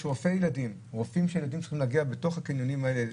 יש רופאי ילדים שהילדים צריכים להגיע אליהם בתוך הקניונים האלה,